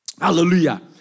Hallelujah